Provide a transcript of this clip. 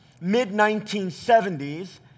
mid-1970s